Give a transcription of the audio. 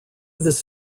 this